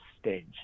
stage